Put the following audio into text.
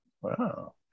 Wow